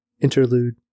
Interlude